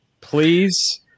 Please